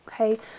okay